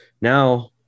Now